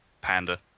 panda